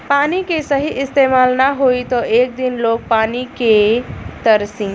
पानी के सही इस्तमाल ना होई त एक दिन लोग पानी के तरसी